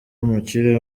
w’umukire